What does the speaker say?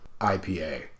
IPA